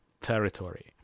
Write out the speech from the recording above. territory